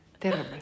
terrible